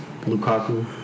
Lukaku